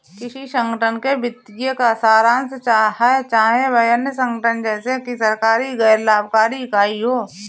किसी संगठन के वित्तीय का सारांश है चाहे वह अन्य संगठन जैसे कि सरकारी गैर लाभकारी इकाई हो